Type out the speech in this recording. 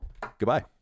goodbye